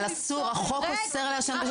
אבל אסור, החוק אוסר לעשן בשטח בתי ספר.